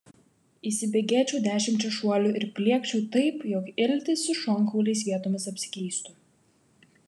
įsibėgėčiau dešimčia šuolių ir pliekčiau taip jog iltys su šonkauliais vietomis apsikeistų